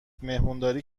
مهمونداری